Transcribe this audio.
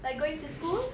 like going to school